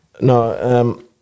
No